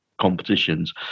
competitions